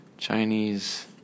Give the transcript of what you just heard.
Chinese